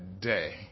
day